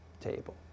table